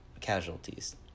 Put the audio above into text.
casualties